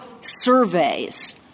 surveys